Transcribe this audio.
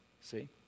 See